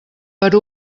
per